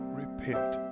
repent